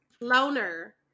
Loner